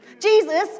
Jesus